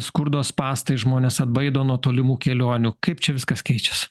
skurdo spąstai žmones atbaido nuo tolimų kelionių kaip čia viskas keičias